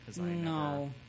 No